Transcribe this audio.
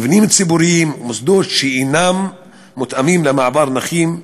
מבנים ציבוריים ומוסדות שאינם מותאמים למעבר נכים,